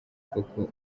koko